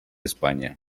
españa